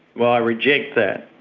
well, i reject that,